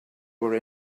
were